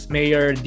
Mayor